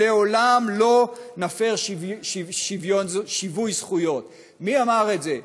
שלעולם לא נפר שיווי זכויות" מי אמר את זה?